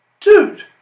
dude